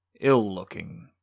ill-looking